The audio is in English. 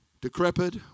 decrepit